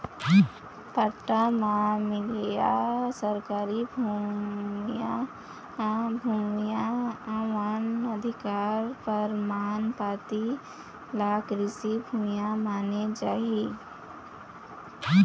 पट्टा म मिलइया सासकीय भुइयां, वन अधिकार परमान पाती ल कृषि भूइया माने जाही